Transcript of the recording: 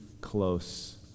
close